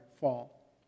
fall